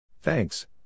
Thanks